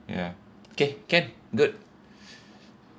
ya K can good